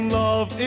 love